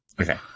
Okay